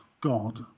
God